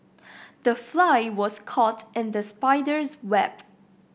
the fly was caught in the spider's web